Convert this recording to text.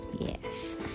yes